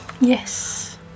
Yes